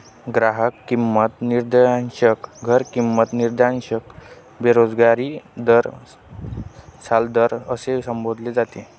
ग्राहक किंमत निर्देशांक, घर किंमत निर्देशांक, बेरोजगारी दर याला दर असे संबोधले जाते